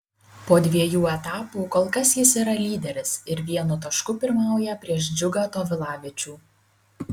po dviejų etapų kol kas jis yra lyderis ir vienu tašku pirmauja prieš džiugą tovilavičių